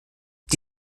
die